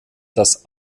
das